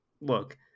look